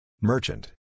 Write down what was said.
Merchant